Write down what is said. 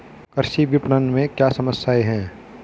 कृषि विपणन में क्या समस्याएँ हैं?